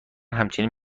همچنین